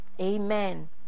Amen